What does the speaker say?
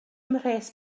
mhres